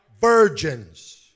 virgins